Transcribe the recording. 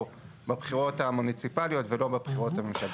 בבחירות המוניציפליות ולא בבחירות הממשלתיות.